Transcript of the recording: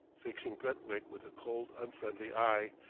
fixing brentwick with a cold unfriendly eye.